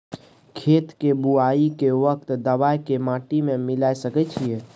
खेत के बुआई के वक्त दबाय के माटी में मिलाय सके छिये?